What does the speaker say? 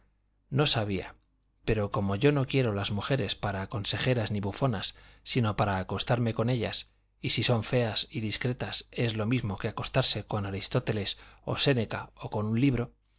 no sabía pero como yo no quiero las mujeres para consejeras ni bufonas sino para acostarme con ellas y si son feas y discretas es lo mismo que acostarse con aristóteles o séneca o con un libro